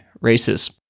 races